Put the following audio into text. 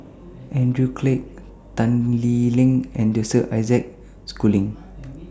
Andrew Clarke Tan Lee Leng and Joseph Isaac Schooling